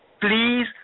please